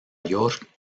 york